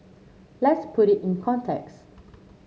let's put it in context